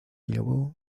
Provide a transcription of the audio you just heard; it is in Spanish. llevó